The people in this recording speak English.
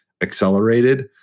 accelerated